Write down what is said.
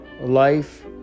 life